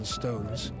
stones